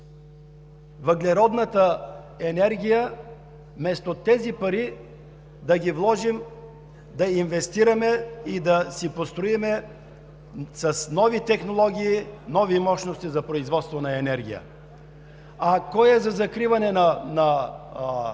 въглеродната енергия вместо тези пари да ги вложим да инвестираме и да си построим с нови технологии нови мощности за производство на енергия? Ако е за закриване на